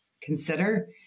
consider